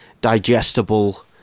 digestible